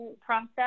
process